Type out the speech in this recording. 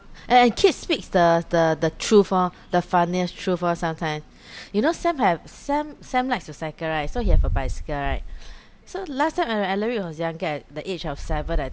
and and kids speaks the the the truth orh the funniest truth orh sometime you know sam have sam sam likes to cycle right so he have a bicycle right so last time when ellery was younger at the age of seven I